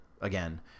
Again